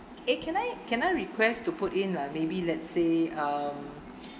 eh can I can I request to put in a maybe let's say um